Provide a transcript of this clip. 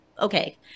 okay